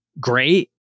great